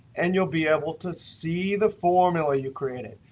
and you'll be able to see the formula you created.